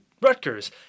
Rutgers